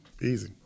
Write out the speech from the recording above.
Easy